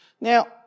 Now